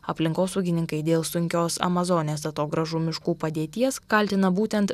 aplinkosaugininkai dėl sunkios amazonės atogrąžų miškų padėties kaltina būtent